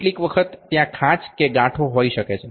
કેટલીક વખત ત્યાં ખાંચ કે ગાંઠો હોઈ શકે છે